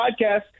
podcast